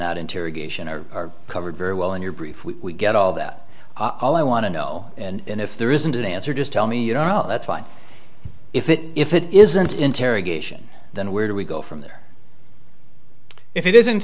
not interrogation are covered very well in your brief we get all that all i want to know and if there isn't an answer just tell me you know that's why if it if it isn't interrogation then where do we go from there if it isn't